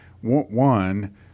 one